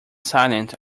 silent